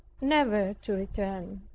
never to return.